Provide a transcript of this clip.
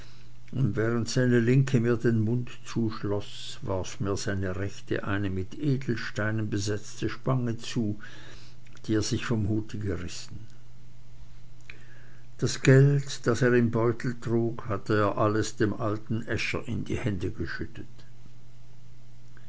und während seine linke mir den mund zuschloß warf mir seine rechte eine mit edelsteinen besetzte spange zu die er sich vom hute gerissen das gold das er im beutel trug hatte er alles dem alten äscher in die hände geschüttet